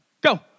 go